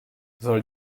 soll